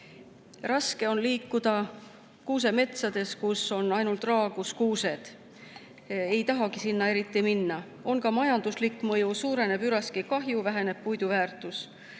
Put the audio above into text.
Raske on liikuda kuusemetsades, kus on ainult raagus kuused. Ei tahagi sinna eriti minna. On ka majanduslik mõju: kui suureneb üraskikahju, siis väheneb puidu väärtus.